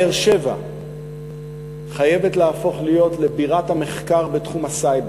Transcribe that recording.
באר-שבע חייבת להפוך להיות בירת המחקר בתחום הסייבר.